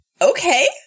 Okay